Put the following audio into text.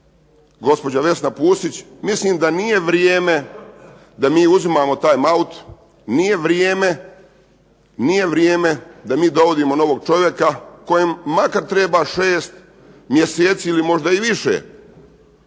gospođa Vesna Pusić, mislim da nije vrijeme da mi uzimamo time aut, nije vrijeme da mi dovodimo novog čovjeka, kojem treba 6 mjeseci ili možda i više